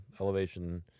elevation